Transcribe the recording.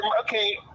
okay